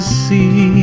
see